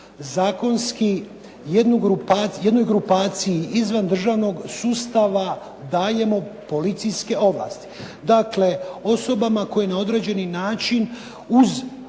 zakonski jednoj grupaciji izvan državnog sustava dajemo policijske ovlasti, dakle osobama koje na određeni način uz